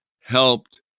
helped